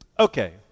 Okay